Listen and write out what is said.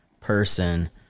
person